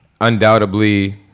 undoubtedly